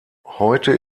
heute